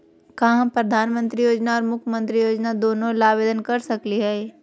का हम प्रधानमंत्री योजना और मुख्यमंत्री योजना दोनों ला आवेदन कर सकली हई?